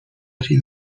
این